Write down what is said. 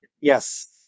Yes